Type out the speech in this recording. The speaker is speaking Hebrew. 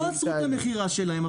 לא עצרו את המכירה שלהם,